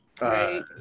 Right